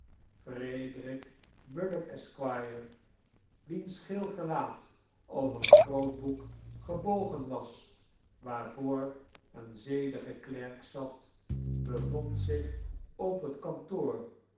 frederic bullock esq wiens geel gelaat over een grootboek gebogen was waarvoor een zedige klerk zat bevond zich op het kantoor